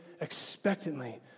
expectantly